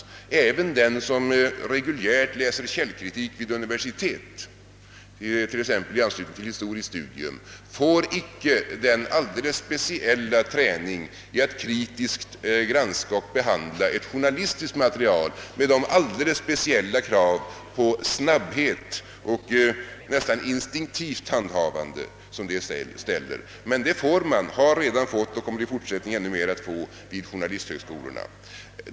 Inte heller den som reguljärt läser källkritik vid universitet — t.ex. i anslutning till historiskt studium — erhåller den alldeles speciella träning i att kritiskt granska och behandla ett journalistiskt material med de speciella krav på snabbhet och nästan instinktivt handhavande som här ställs. Men det har man fått och det kommer man i fortsättningen ännu mer att få vid journalisthögskolorna.